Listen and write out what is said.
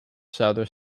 southern